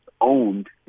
owned